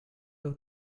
will